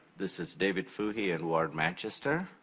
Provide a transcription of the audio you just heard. this is david fouhey and ward manchester.